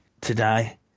today